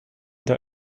der